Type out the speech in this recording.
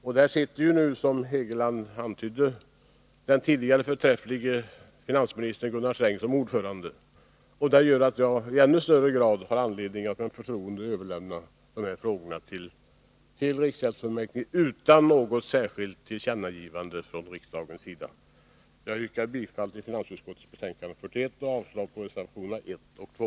Och där sitter nu, som Hugo Hegeland antydde, den tidigare förträfflige finansministern Gunnar Sträng som ordförande. Det gör att jag i ännu större grad har anledning att med förtroende överlämna de här frågorna till riksbanksfullmäktige utan något särskilt tillkännagivande från riksdagens sida. Jag yrkar bifall till finansutskottets hemställan och avslag på reservationerna 1 och 2.